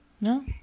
No